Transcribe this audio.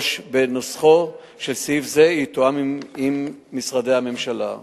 ושנוסחו של סעיף זה יתואם עם משרדי הממשלה.